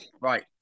right